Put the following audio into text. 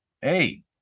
Hey